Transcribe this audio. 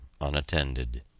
unattended